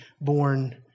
born